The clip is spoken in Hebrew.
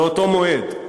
באותו מועד".